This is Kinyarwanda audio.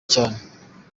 cyane